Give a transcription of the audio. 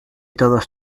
todos